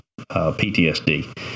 PTSD